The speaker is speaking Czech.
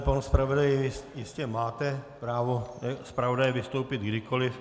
Ano, pane zpravodaji, jistě máte právo zpravodaje vystoupit kdykoliv.